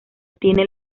tiene